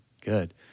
Good